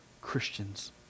Christians